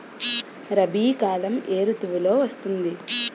రబీ కాలం ఏ ఋతువులో వస్తుంది?